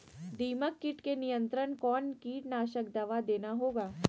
दीमक किट के नियंत्रण कौन कीटनाशक दवा देना होगा?